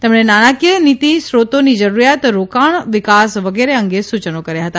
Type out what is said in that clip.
તેમણે નાણાકીય નીતી સોયાતોની જરૂરિયાત રોકાણ વિકાસ વગેરે અંગે સૂયનો કર્યા હતા